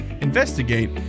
investigate